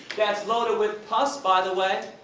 that's loaded with pus by the way.